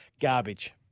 Garbage